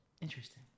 Interesting